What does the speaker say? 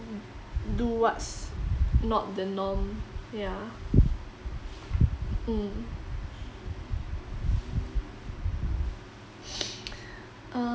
do what's not the norm ya mm